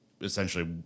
essentially